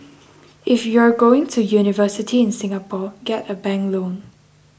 if you're going to university in Singapore get a bank loan